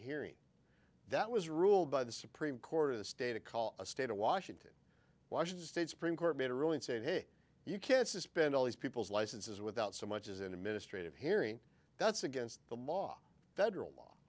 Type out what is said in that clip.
hearing that was ruled by the supreme court of the state call a state of washington washington state supreme court made a ruling saying hey you can't suspend all these people's licenses without so much as an administrative hearing that's against the law federal law